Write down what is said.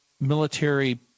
military